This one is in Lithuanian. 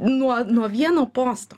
nuo nuo vieno posto